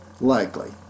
likely